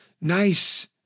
nice